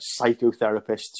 psychotherapists